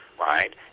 right